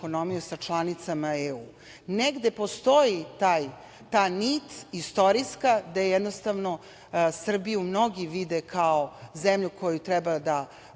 sa članicama EU. Negde postoji ta nit istorijska gde Srbiju mnogi vide kao zemlju koju treba da